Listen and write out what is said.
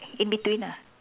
in between ah